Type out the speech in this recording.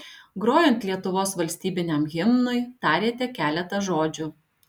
grojant lietuvos valstybiniam himnui tarėte keletą žodžių